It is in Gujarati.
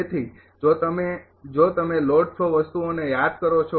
તેથી જો તમે જો તમે લોડ ફ્લો વસ્તુઓને યાદ કરો છો